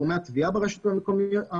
גורמי התביעה ברשויות המקומיות,